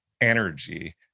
energy